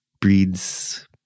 breeds